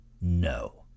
No